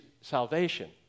salvation